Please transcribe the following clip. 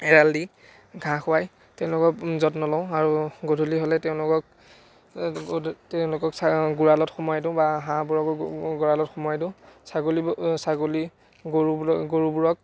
এৰাল দি ঘাঁহ খুৱাই তেওঁলোকক যত্ন লওঁ আৰু গধূলি হ'লে তেওঁলোকক তেওঁলোকক চাওঁ গঁৰালত সোমাই দিওঁ বা হাঁহবোৰকো গঁৰালত সোমাই দিওঁ ছাগলীবোৰ ছাগলী গৰুবোৰক